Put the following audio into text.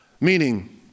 meaning